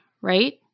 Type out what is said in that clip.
right